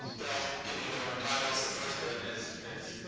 they'll give you their own titles. the first then is is